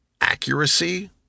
accuracy